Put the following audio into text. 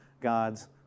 God's